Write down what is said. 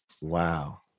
Wow